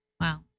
Wow